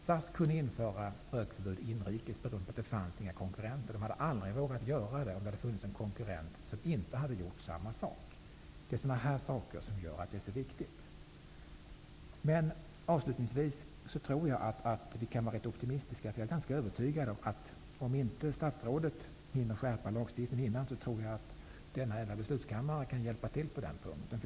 SAS kunde införa rökförbud inrikes på grund av att det inte fanns några konkurrenter. SAS hade aldrig vågat göra det om det hade funnits en konkurrent som inte hade gjort samma sak. Det är sådana här saker som gör att det är så viktigt. Avslutningsvis tror jag att vi kan vara rätt optimistiska. Jag är ganska övertygad om att denna ädla beslutskammare, om statsrådet inte hinner skärpa lagstiftningen, kan hjälpa till på den här punkten.